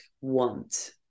want